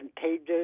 contagious